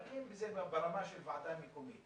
אבל אם זה ברמה של ועדה מקומית,